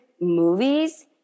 movies